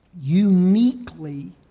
uniquely